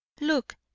Look